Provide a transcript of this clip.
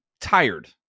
tired